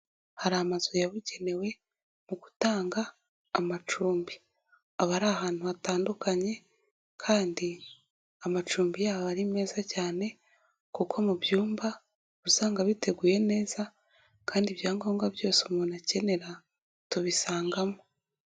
Hari amazu yabugenewe mu gutanga amacumbi aba ari ahantu hatandukanye kandi amacumbi yabo ari meza cyane kuko mu byumba uba usanga biteguye neza kandi ibyangombwa byose umuntu akenera tubisangamo.